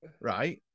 right